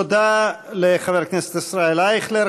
תודה לחבר הכנסת ישראל אייכלר.